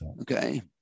Okay